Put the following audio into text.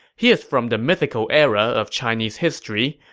he is from the mythical era of chinese history,